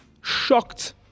shocked